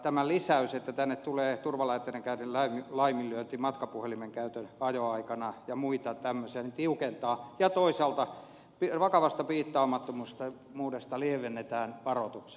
tämä lisäys että tänne tulee turvalaitteiden käytön laiminlyönti matkapuhelimen käyttö ajon aikana ja muita tämmöisiä tiukentaa mutta toisaalta vakavasta piittaamattomuudesta lievennetään varoituksia